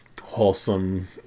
wholesome